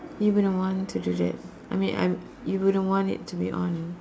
you wouldn't want to do that I mean I'm you wouldn't want it to be on